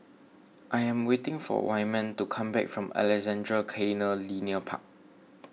I am waiting for Wyman to come back from Alexandra Canal Linear Park